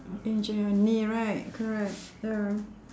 injure your knee right correct ya